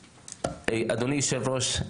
אדוני היושב ראש,